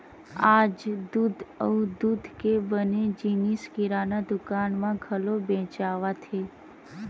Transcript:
आज दूद अउ दूद के बने जिनिस किराना दुकान म घलो बेचावत हे